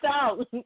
out